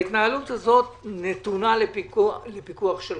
ההתנהלות הזאת נתונה לפיקוח שלך.